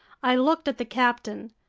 i looked at the captain.